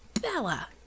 Bella